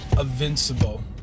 invincible